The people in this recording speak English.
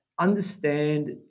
understand